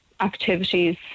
activities